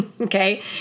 Okay